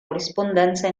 corrispondenza